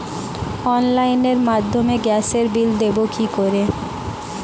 অনলাইনের মাধ্যমে গ্যাসের বিল দেবো কি করে?